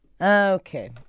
okay